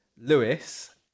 Lewis